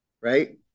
right